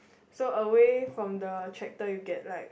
so away from the tractor you get like